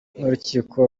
n’urukiko